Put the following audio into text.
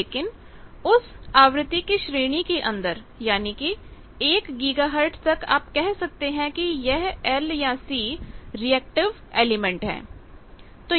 लेकिन उस आवृत्ति की श्रेणी के अंदर यानी कि 1 गीगाहर्ट तक आप कह सकते हैं कि यह L या C रिएक्टिव एलिमेंट है